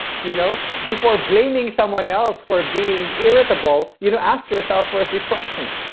you know before blaming someone else for being irritable, you know ask yourself first these questions.